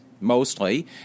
mostly